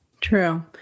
True